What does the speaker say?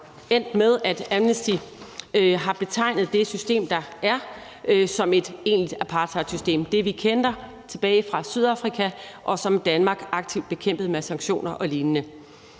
endt med, at Amnesty har betegnet det system, der er, som et egentlig apartheidsystem. Det er det, vi kender tilbage fra Sydafrika, og som Danmark aktivt bekæmpede med sanktioner og lignende.